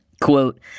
Quote